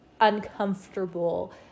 uncomfortable